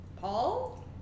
Paul